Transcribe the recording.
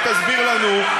בני העם הפלסטיני, בנוגע אלינו,